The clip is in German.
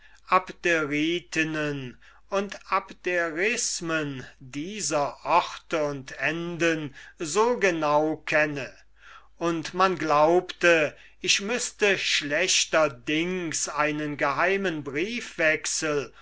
abderitinnen und abderitismen dieser orte und enden so genau kenne und man glaubte ich müßte schlechterdings einen geheimen briefwechsel